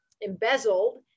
embezzled